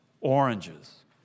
Oranges